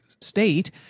state